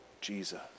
Jesus